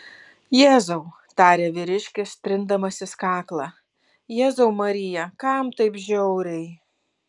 jėzau tarė vyriškis trindamasis kaklą jėzau marija kam taip žiauriai